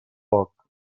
poc